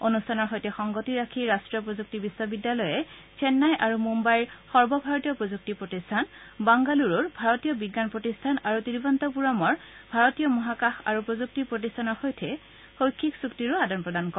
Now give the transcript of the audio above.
অনুষ্ঠানৰ সৈতে সংগতি ৰাখি ৰাষ্ট্ৰীয় প্ৰযুক্তি বিশ্ববিদ্যালয় চেন্নাই আৰু মুধাইৰ সৰ্বভাৰতীয় প্ৰযুক্তি প্ৰতিষ্ঠান বাংগালুৰুৰ ভাৰতীয় বিজ্ঞান প্ৰতিষ্ঠান আৰু তিৰুৱনন্তপূৰমৰ ভাৰতীয় মহাকাশ আৰু প্ৰযুক্তি প্ৰতিষ্ঠানৰ সৈতে শৈক্ষিক চূক্তিৰ আদান প্ৰদান কৰে